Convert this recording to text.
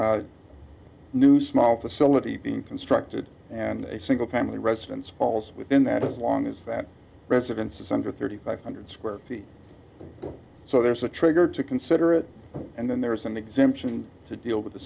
a new small facility being constructed and a single family residence falls within that as long as that residence is under thirty five hundred square feet so there's a trigger to consider it and then there is an exemption to deal with the